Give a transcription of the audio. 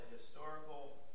historical